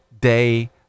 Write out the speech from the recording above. day